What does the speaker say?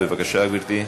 בבקשה, גברתי.